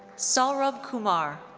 saurabh kumar.